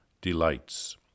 delights